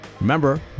Remember